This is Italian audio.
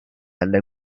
alle